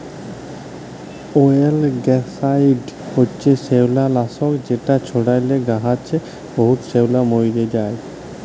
অয়েলগ্যাসাইড হছে শেওলালাসক যেট ছড়াইলে গাহাচে বহুত শেওলা মইরে যায়